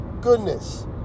goodness